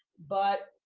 but,